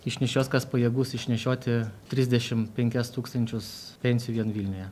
išnešios kas pajėgus išnešioti trisdešimt penkis tūkstančius pensijų vien vilniuje